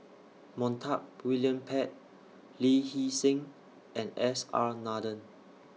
Montague William Pett Lee Hee Seng and S R Nathan